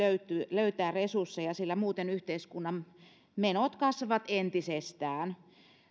löytää resursseja sillä muuten yhteiskunnan menot kasvavat entisestään